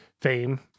fame